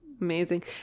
Amazing